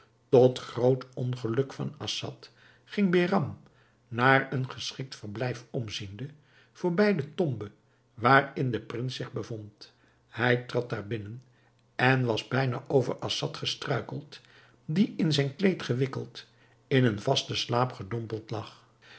tot groot ongeluk van assad ging behram naar een geschikt verblijf omziende voorbij de tombe waarin de prins zich bevond hij trad daar binnen en was bijna over assad gestruikeld die in zijn kleed gewikkeld in een vasten slaap gedompeld lag